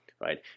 right